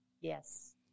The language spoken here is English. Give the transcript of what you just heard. Yes